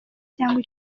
cyangwa